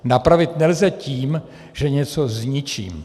Napravit nelze tím, že něco zničím.